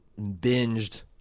binged